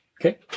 Okay